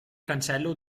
cancello